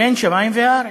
בין שמים לארץ.